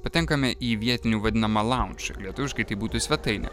patenkame į vietinių vadinamą launž ir lietuviškai tai būtų svetainę